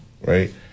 right